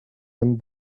and